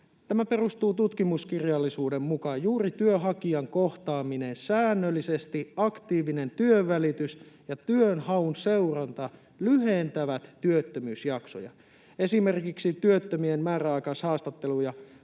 että tutkimuskirjallisuuden mukaan juuri työnhakijan kohtaaminen säännöllisesti, aktiivinen työnvälitys ja työnhaun seuranta lyhentävät työttömyysjaksoja. Esimerkiksi työttömien määräaikaishaastatteluja